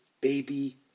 baby